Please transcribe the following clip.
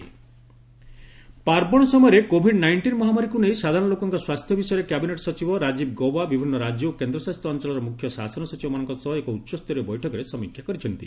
cabinet ବୈଠକ ପାର୍ବଶ ସମୟରେ କୋଭିଡ୍ ନାଇଷ୍ଟିନ୍ ମହାମାରୀକୁ ନେଇ ରାଜୀବ ଗୌବା ସାଧାରଣ ଲୋକଙ୍କ ସ୍ୱାସ୍ଥ୍ୟ ବିଷୟରେ କ୍ୟାବିନେଟ୍ ସଚିବ ବିଭିନ୍ନ ରାଜ୍ୟ ଓ କେନ୍ଦ୍ରଶାସିତ ଅଞ୍ଚଳର ମୁଖ୍ୟ ଶାସନ ସଚିବମାନଙ୍କ ସହ ଏକ ଉଚ୍ଚସ୍ତରୀୟ ବୈଠକରେ ସମୀକ୍ଷା କରିଛନ୍ତି